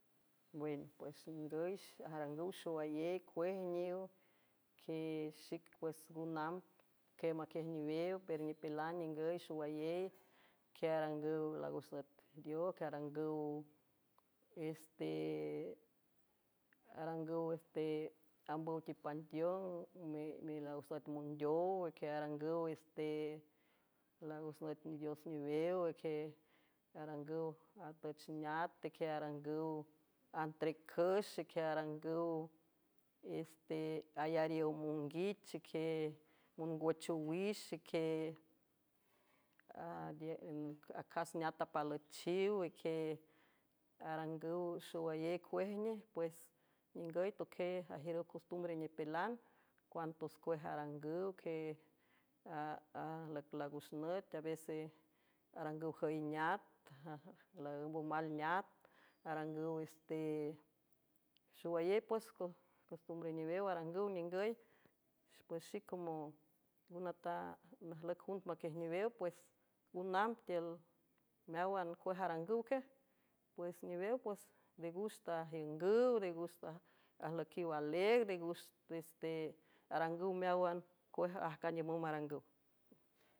Win pues ningüyarangüw xowayey cuejniw uipues ngu nambquie maquiej niwew pero nipilan ningüy xowayey quie arangüw lagus nüt dio qe arngüw arangüw ste ambüw tipanteón milagux lüt mondeow iquie arangüw este lagus nüt nidios niwew ique arangüw atüch neat equie arangüw antrecüx xeque arangüw este ayariow monguich xeque mongüchowix xique acas neat apalüchiw ique arangüw xowayéy cuej nej pues ningüy toquie ajiürüw costumbre nipilan cuantos cuej arangüw que lagux nüt avese arangüwjüy neat laǘmba mal neat arangüw xowayey pues costumbre newew arangüw ningüy pes xico ngo nata najlüic jund maquiej niwew pues ngu namb tiül meáwan cuej arangüw quiaj pues niwew pues de guxta ajiüngüw de guxta ajlüiquiw aleagrde guxteste arangüw meáwan cue ajcandiümüm arangüw.